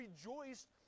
rejoiced